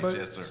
so yes, sir.